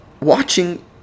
watching